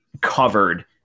covered